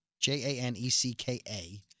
J-A-N-E-C-K-A